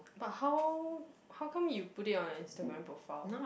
but how how come you put it on your Instagram profile